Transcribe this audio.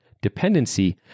dependency